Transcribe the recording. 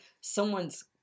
someone's